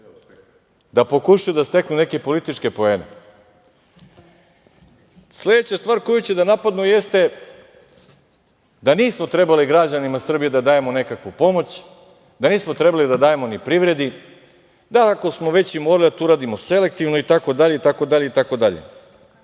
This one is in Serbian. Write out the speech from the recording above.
zameni teza da steknu neke političke poene. Sledeća stvar koju će da napadnu jeste da nismo trebali građanima Srbije da dajemo nekakvu pomoć, da nismo trebali da dajemo ni privredi, da ako smo već i morali da to uradimo selektivno itd,